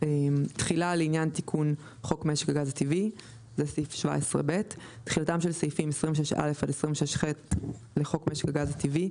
תחילה לעניין תיקון חוק משק הגז הטבעי 17ב. תחילתם של סעיפים 26א עד 26ח לחוק משק הגז הטבעי,